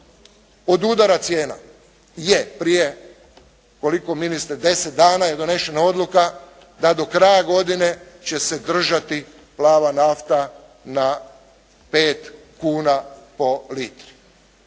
od udara cijena? Je, prije koliko ministre, 10 dana je donešena odluka da do kraja godine će se držati plava nafta na 5 kuna po litri.